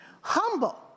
humble